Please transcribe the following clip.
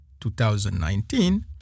2019